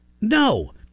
no